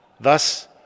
Thus